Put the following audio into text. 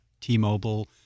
T-Mobile